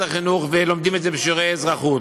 לומדים את זה בשיעורי אזרחות,